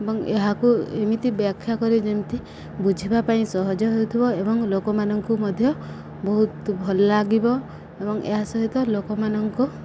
ଏବଂ ଏହାକୁ ଏମିତି ବ୍ୟାଖ୍ୟା କରି ଯେମିତି ବୁଝିବା ପାଇଁ ସହଜ ହେଉଥିବ ଏବଂ ଲୋକମାନଙ୍କୁ ମଧ୍ୟ ବହୁତ ଭଲ ଲାଗିବ ଏବଂ ଏହା ସହିତ ଲୋକମାନଙ୍କୁ